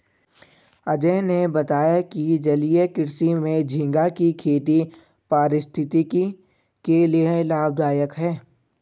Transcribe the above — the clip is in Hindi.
अजय ने बताया कि जलीय कृषि में झींगा की खेती पारिस्थितिकी के लिए लाभदायक है